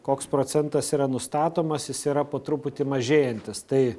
koks procentas yra nustatomas jis yra po truputį mažėjantis tai